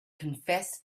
confessed